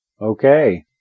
Okay